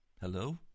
Hello